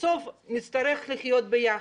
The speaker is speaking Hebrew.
בסוף נצטרך לחיות ביחד.